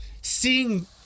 Seeing